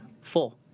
four